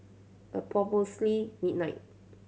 approximately midnight